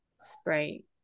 Sprite